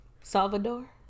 Salvador